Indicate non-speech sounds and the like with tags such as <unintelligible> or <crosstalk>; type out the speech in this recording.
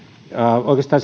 oikeastaan <unintelligible>